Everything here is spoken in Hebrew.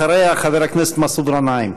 אחריה, חבר הכנסת מסעוד גנאים.